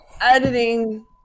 editing